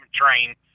train